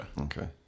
Okay